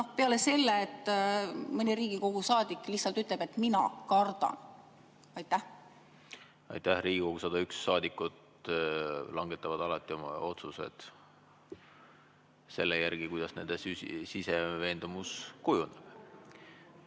peale selle, et mõni Riigikogu saadik lihtsalt ütleb: "Mina kardan."? Aitäh! Riigikogu 101 liiget langetavad alati oma otsused selle järgi, kuidas nende sisemine veendumus kujuneb.